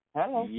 Hello